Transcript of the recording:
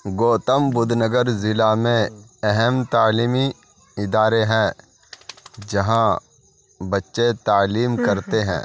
گوتم بدھ نگر ضلع میں اہم تعلیمی ادارے ہیں جہاں بچے تعلیم کرتے ہیں